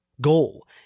goal